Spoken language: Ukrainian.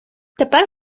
тепер